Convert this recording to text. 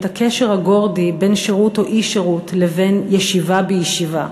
את הקשר הגורדי בין שירות או אי-שירות לבין ישיבה בישיבה.